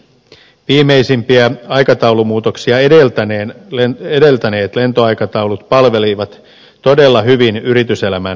viimeisimpiä aikataulumuutoksia edeltäneet lentoaikataulut palvelivat todella hyvin yrityselämän tarpeita